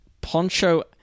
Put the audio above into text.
Poncho